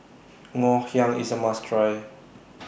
Ngoh Hiang IS A must Try